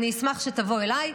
אני אשמח שתבוא אליי.